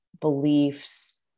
beliefs